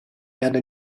and